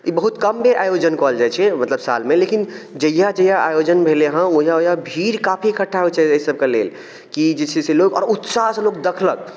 ई बहुत कम बेर आयोजन कयल जाइ छै मतलब साल मे लेकिन जहिया जहिया आयोजन भेलै हँ ओहिया ओहिया भीड़ काफी इकठ्ठा होइ छै एहि सबके लेल कि जे छै से लोक उत्साह सऽ लोक देखलक